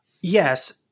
Yes